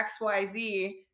xyz